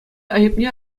айӑпне